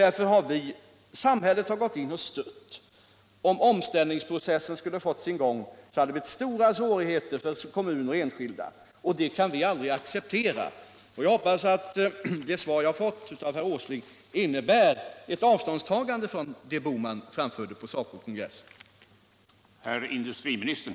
Därför har samhället gått in med stödåtgärder. Om omställningsprocessen hade fått fortgå, skulle det ju ha blivit stora svårigheter för kommuner och enskilda, och det kan vi aldrig acceptera. Jag hoppas att det svar jag fått av herr Åsling innebär ett avståndstagande från det som herr Bohman sade på SACO/SR kongressen.